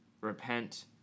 repent